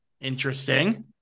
interesting